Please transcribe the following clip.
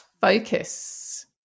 focus